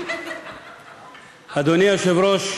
אדוני היושב-ראש,